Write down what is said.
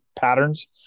patterns